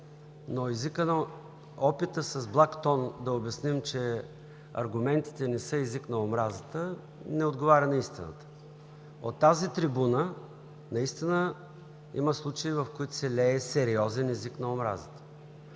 но езикът на опита с благ тон да обясним, че аргументите не са език на омразата, не отговаря на истината. От тази трибуна наистина има случаи, в които се лее сериозен език на омразата.